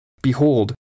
Behold